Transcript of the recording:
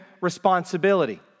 responsibility